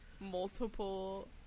multiple